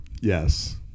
Yes